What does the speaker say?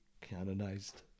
canonized